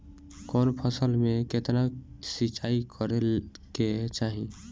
कवन फसल में केतना सिंचाई करेके चाही?